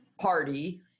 party